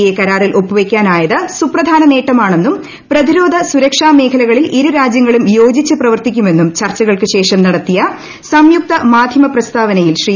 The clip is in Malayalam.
എ കരാറിൽ ഒപ്പുവെക്കാനായത് സുപ്രധാന്റിനേട്ട്മാണെന്നും പ്രതിരോധ സുരക്ഷാ മേഖലകളിൽ ഇരുരാജ്യങ്ങളും യോജിച്ചു പ്രവർത്തിക്കുമെന്നും ചർച്ചകൾക്കുശേഷം നടത്തീയ സംയുക്ത മാധ്യമ പ്രസ്താവനയിൽ ശ്രീ